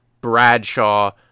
Bradshaw